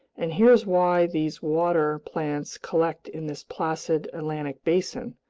and here's why these water plants collect in this placid atlantic basin,